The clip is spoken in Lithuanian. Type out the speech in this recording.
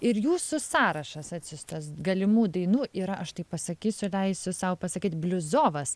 ir jūsų sąrašas atsiųstas galimų dainų yra aš taip pasakysiu leisiu sau pasakyti bliuzovas